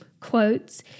quotes